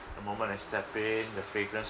the moment I stepped in the fragrance